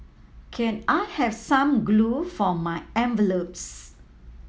can I have some glue for my envelopes